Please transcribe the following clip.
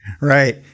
Right